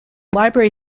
library